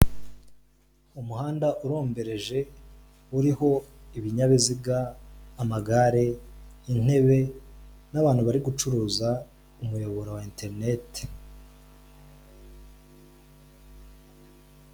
Umuhanda urombereje, uriho ibinyabiziga, amagare, intebe, n'abantu bari gucuruza umuyoboro wa internet.